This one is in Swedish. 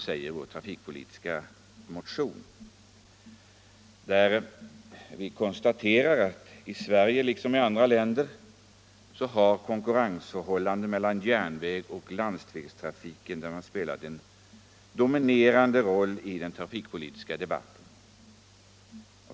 I vår trafikpolitiska motion konstaterar vi bl.a. följande: ”I Sverige - liksom i andra länder — har konkurrensförhållandet mellan järnvägsoch landsvägstrafiken spelat en dominerande roll i den trafikpolitiska debatten.